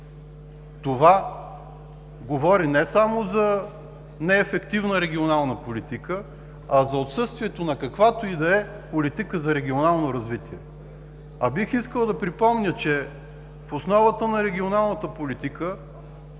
Това говори не само за неефективна регионална политика, а за отсъствието на каквато и да е политика за регионално развитие. А бих искал да припомня, че в основата на регионалната политика